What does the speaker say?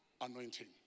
anointing